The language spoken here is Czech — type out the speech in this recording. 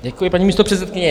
Děkuji, paní místopředsedkyně.